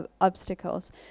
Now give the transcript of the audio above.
obstacles